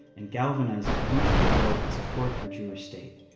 and galvanizing much of the world in support of a jewish state.